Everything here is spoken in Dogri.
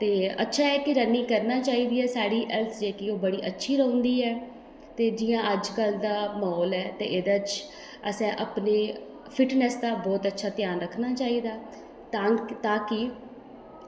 ते अच्छा ऐ कि रनिंग करना चाहिदी दी ऐ कि साढ़ी हेल्थ जेह्ड़ी ऐ ओह् अच्छी रौंह्दी ऐ ते जि'यां अजकल्ल दा म्हौल ऐ ते एह्दे च असें अपने फिटनेस दा बौह्त अच्छा ध्यान रक्खना चाहिदा तां कि